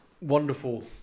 wonderful